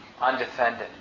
undefended